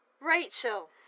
Rachel